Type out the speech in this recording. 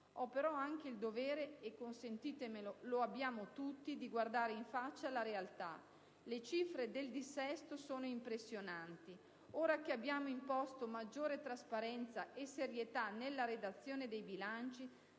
Ho però anche il dovere e, consentitemelo, lo abbiamo tutti, di guardare in faccia la realtà. Le cifre del dissesto sono impressionanti. Ora che abbiamo imposto maggiore trasparenza e serietà nella redazione dei bilanci